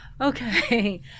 Okay